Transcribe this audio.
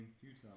futile